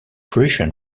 prussian